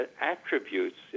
attributes